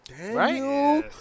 right